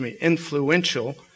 influential